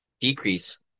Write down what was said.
decrease